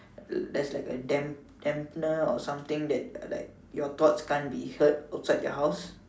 there's like a damp dampener or something that like your thoughts can't be heard outside your house